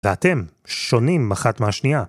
ואתם שונים אחת מהשניה